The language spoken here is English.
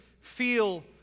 feel